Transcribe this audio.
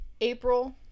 april